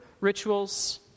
rituals